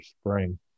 spring